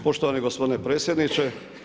Poštovani gospodine predsjedniče.